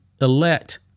elect